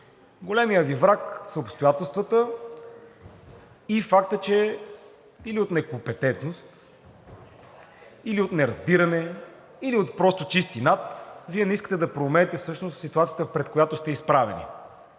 Големият Ви враг са обстоятелствата и фактът, че или от некомпетентност, или от неразбиране, или просто от чист инат Вие не искате да проумеете всъщност ситуацията, пред която сте изправени.